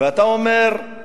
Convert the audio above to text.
ואתה אומר: